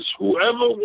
whoever